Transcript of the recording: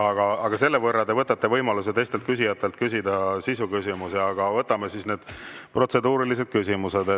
aga selle võrra te võtate võimaluse teistelt küsijatelt küsida sisuküsimusi. Aga võtame need protseduurilised küsimused.